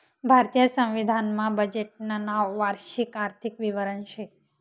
भारतीय संविधान मा बजेटनं नाव वार्षिक आर्थिक विवरण शे